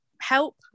help